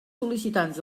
sol·licitants